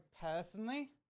personally